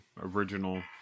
original